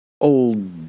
old